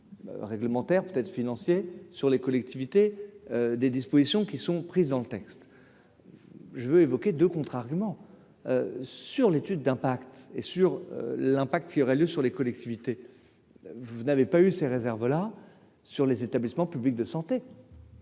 réglementaire financier sur les collectivités, des dispositions qui sont prises dans le texte, je veux évoquer de contre-arguments sur l'étude d'impact et sur l'impact qui aurait lieu sur les collectivités, vous n'avez pas eu ces réserves là sur les établissements publics de santé.